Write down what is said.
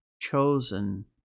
chosen